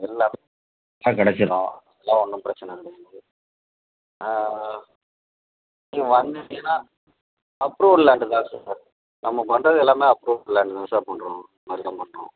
எல்லாமே கிடச்சிரும் எல்லாம் ஒன்றும் பிரச்சின இல்லை நீங்கள் வந்துட்டீங்கன்னா அப்ரூவ்டு லேண்டு தான் சார் நம்ம பண்ணுறது எல்லாமே அப்ரூவ்டு லேண்டு தான் சார் பண்ணுறோம்